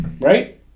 right